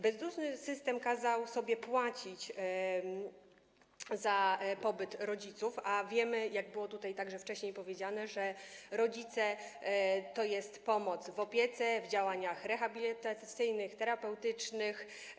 Bezduszny system kazał sobie płacić za pobyt rodziców, a wiemy - jak było tutaj także wcześniej powiedziane - że rodzice to jest pomoc w opiece, w działaniach rehabilitacyjnych, terapeutycznych.